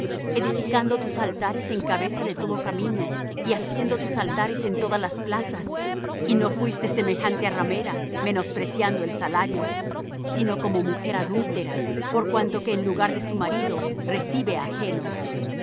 edificando tus altares en cabeza de todo camino y haciendo tus altares en todas las plazas y no fuiste semejante á ramera menospreciando el salario sino como mujer adúltera por cuanto que en lugar de su marido recibe á ajenos